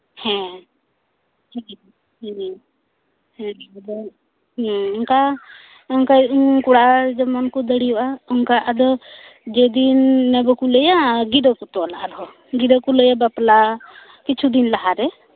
ᱦᱮᱸ ᱦᱮᱸ ᱦᱮᱸ ᱦᱮᱸ ᱟᱫᱚ ᱦᱮᱸ ᱚᱱᱠᱟᱚᱱᱠᱟ ᱠᱚᱲᱟ ᱡᱮᱢᱚᱱ ᱠᱚ ᱫᱟᱲᱮᱭᱟᱜᱼᱟ ᱱᱚᱝᱠᱟ ᱟᱫᱚ ᱡᱮᱫᱤᱱ ᱵᱟᱠᱚ ᱞᱟᱹᱭᱟ ᱜᱤᱨᱟᱹ ᱠᱚ ᱛᱚᱞᱟ ᱟᱨᱦᱚᱸ ᱜᱤᱨᱟᱹ ᱠᱚ ᱞᱟᱹᱭᱟ ᱵᱟᱯᱞᱟ ᱠᱤᱪᱷᱩᱫᱤᱱ ᱞᱟᱦᱟᱨᱮ